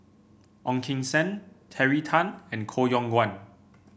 Ong Keng Sen Terry Tan and Koh Yong Guan